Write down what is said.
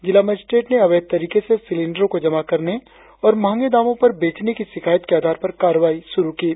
जिला मजिस्ट्रेट ने अवैध तरीके से सिलिंडरो को जमा करने और महंगे दामों पर बेचने की शिकायत के आधार पर कार्रवाई शुरु की है